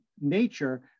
nature